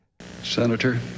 Senator